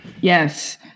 Yes